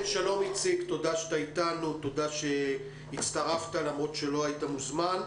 תודה שהצטרפת, למרות שלא היית מוזמן.